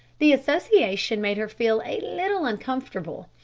the association made her feel a little uncomfortable,